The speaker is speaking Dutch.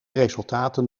resultaten